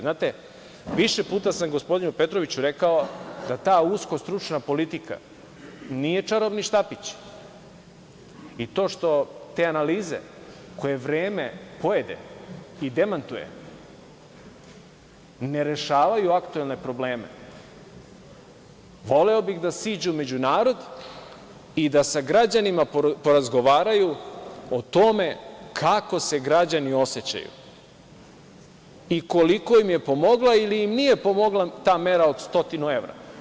Znate, više puta sam gospodinu Petroviću rekao da ta usko stručna politika nije čarobni štapić i to što, te analize koje vreme pojede i demantuje ne rešavaju aktuelne probleme, voleo bih da siđu među narod i da sa građanima porazgovaraju o tome kako se građani osećaju i koliko im je pomogla ili im nije pomogla ta mera od 100 evra.